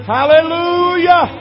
Hallelujah